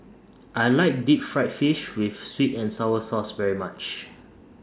I like Deep Fried Fish with Sweet and Sour Sauce very much